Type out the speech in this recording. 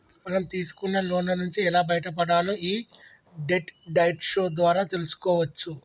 మనం తీసుకున్న లోన్ల నుంచి ఎలా బయటపడాలో యీ డెట్ డైట్ షో ద్వారా తెల్సుకోవచ్చు